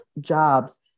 jobs